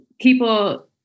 people